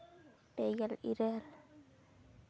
ᱯᱮᱜᱮᱞ ᱤᱨᱟᱹᱞ